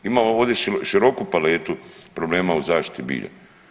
Imamo ovdje široku paletu problema u zaštiti bilja.